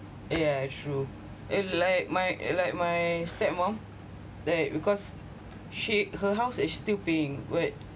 yeah true and like my like my step mom like because she her house is still paying but